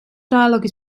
dialogue